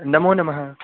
नमो नमः